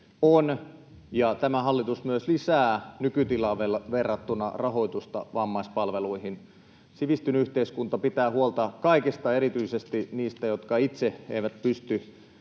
on, ja tämä hallitus myös lisää nykytilaan verrattuna rahoitusta vammaispalveluihin. Sivistynyt yhteiskunta pitää huolta kaikista ja erityisesti niistä, jotka itse eivät pysty